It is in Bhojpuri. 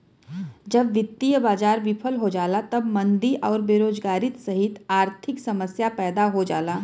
जब वित्तीय बाजार विफल हो जाला तब मंदी आउर बेरोजगारी सहित आर्थिक समस्या पैदा हो जाला